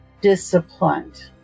disciplined